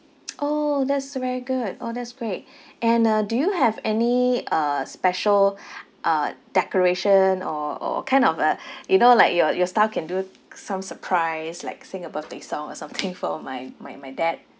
orh that's very good orh that's great and uh do you have any uh special uh decoration or or kind of a you know like your your staff can do some surprise like sing a birthday song or something for my my my dad